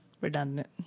redundant